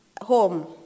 home